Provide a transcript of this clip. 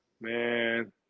man